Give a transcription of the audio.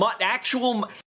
actual